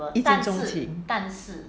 一见钟情